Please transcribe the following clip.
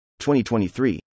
2023